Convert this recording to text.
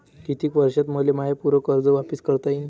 कितीक वर्षात मले माय पूर कर्ज वापिस करता येईन?